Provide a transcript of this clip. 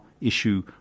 issue